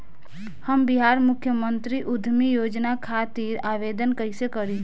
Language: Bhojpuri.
हम बिहार मुख्यमंत्री उद्यमी योजना खातिर आवेदन कईसे करी?